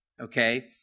Okay